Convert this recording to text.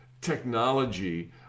technology